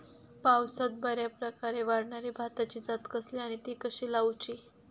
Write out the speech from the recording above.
पावसात बऱ्याप्रकारे वाढणारी भाताची जात कसली आणि ती कशी लाऊची?